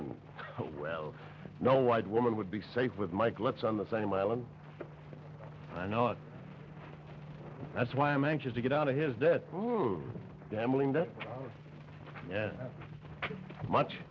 and well no white woman would be safe with mike let's on the same island i know it that's why i'm anxious to get out of his debt to gambling that much